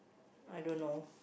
I don't know